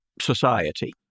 society